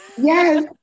yes